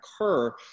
occur